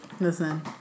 listen